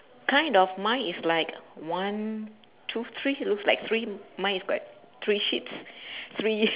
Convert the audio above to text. kind of mine is like one two three looks like three mine is got three sheets three